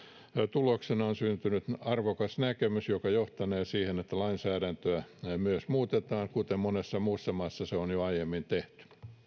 tuloksena on syntynyt arvokas näkemys joka johtanee siihen että lainsäädäntöä myös muutetaan kuten monessa muussa maassa on jo aiemmin tehty